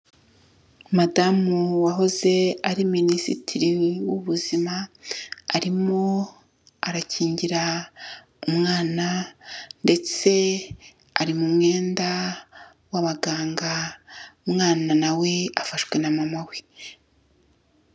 Madamu wahoze ari Minisitiri w'ubuzima, arimo arakingira umwana ndetse ari mu mwenda w'abaganga, umwana nawe afashwe na mama we.